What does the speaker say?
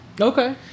Okay